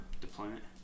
deployment